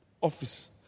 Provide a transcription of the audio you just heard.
office